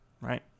right